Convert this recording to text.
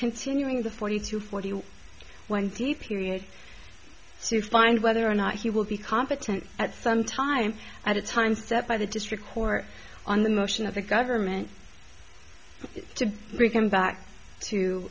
continuing the forty to forty wednesday period to find whether or not he will be competent at some time at a time step by the district court on the motion of the government to bring him back